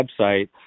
website